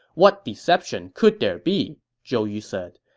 what deception could there be? zhou yu said.